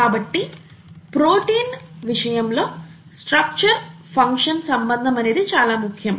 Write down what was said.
కాబట్టి ప్రోటీన్ విషయంలో structure function సంబంధం అనేది చాలా ముఖ్యం